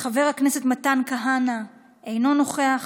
חבר הכנסת מתן כהנא, אינו נוכח,